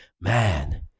man